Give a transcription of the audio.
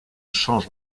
change